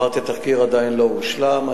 אמרתי שהתחקיר עדיין לא הושלם.